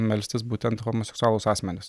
melstis būtent homoseksualūs asmenys